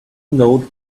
note